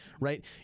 right